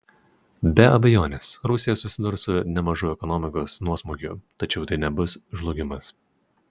be abejonės rusija susidurs su nemažu ekonomikos nuosmukiu tačiau tai nebus žlugimas